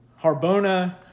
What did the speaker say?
Harbona